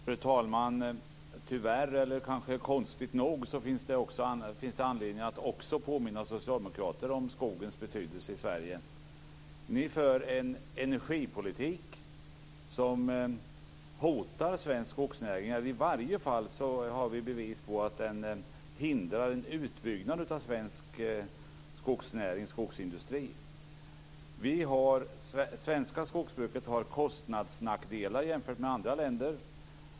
Fru talman! Tyvärr, eller kanske konstigt nog, finns det anledning att också påminna socialdemokrater om skogens betydelse i Sverige. Ni för en energipolitik som hotar svensk skogsnäring. I varje fall har vi bevis på att den hindrar en utbyggnad av svensk skogsindustri. Det svenska skogsbruket har kostnadsnackdelar jämfört med skogsbruket i andra länder.